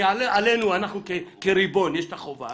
כי עלינו כריבון יש את החובה